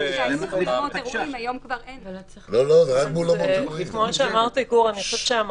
למידה בבתי הספר אני צריך חלופה.